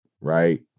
right